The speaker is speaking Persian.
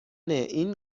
این